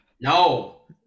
No